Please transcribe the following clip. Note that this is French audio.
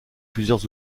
plusieurs